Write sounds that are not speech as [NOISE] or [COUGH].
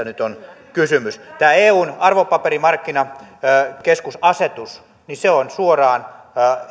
[UNINTELLIGIBLE] nyt on kysymys tämä eun arvopaperimarkkinakeskusasetus on suoraan